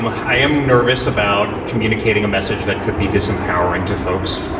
um i am nervous about communicating a message that could be disempowering to folks,